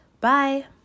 Bye